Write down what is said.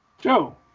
Joe